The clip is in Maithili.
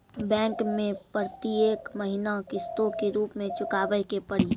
बैंक मैं प्रेतियेक महीना किस्तो के रूप मे चुकाबै के पड़ी?